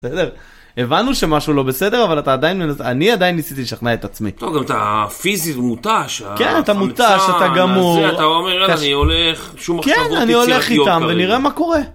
בסדר, הבנו שמשהו לא בסדר אבל אתה עדיין אני עדיין ניסיתי לשכנע את עצמי, טוב אתה פיזית מוטש, כן אתה מוטש אתה גמור, אתה אומר ייאלה אני הולך לשום מקום, כן אני יילך אותם ואני יראה מה קורה.